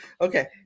okay